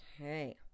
okay